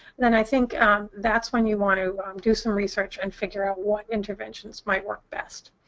then i think that's when you want to um do some research and figure out what interventions might work best.